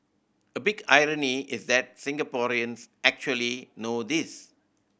a big irony is that Singaporeans actually know this